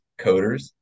coders